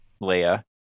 Leia